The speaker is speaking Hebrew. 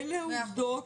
אלה העובדות.